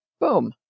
Boom